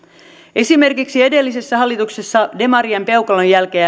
esimerkiksi edellisessä hallituksessa demarien peukalonjälkeä